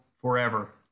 forever